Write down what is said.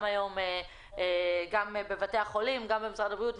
היום גם בבתי החולים וגם במשרד הבריאות.